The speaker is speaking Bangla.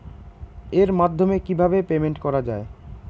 এর মাধ্যমে কিভাবে পেমেন্ট করা য়ায়?